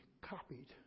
copied